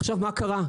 עכשיו, מה קרה?